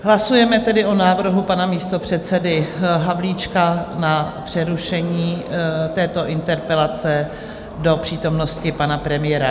Hlasujeme tedy o návrhu pana místopředsedy Havlíčka na přerušení této interpelace do přítomnosti pana premiéra.